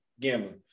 gambling